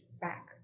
back